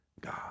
God